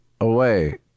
away